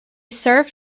served